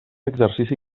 exercici